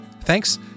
Thanks